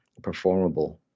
Performable